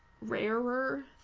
rarer